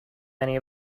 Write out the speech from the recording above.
many